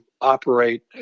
operate